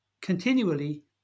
continually